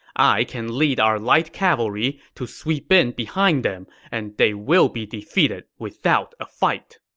i can lead our light cavalry to sweep in behind them, and they will be defeated without a fight.